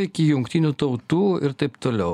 iki jungtinių tautų ir taip toliau